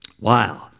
Wow